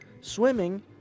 swimming